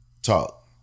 talk